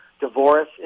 divorce